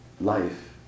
life